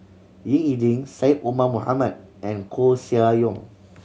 Ying E Ding Syed Omar Mohamed and Koeh Sia Yong